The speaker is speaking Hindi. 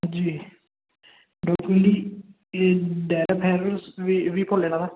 जी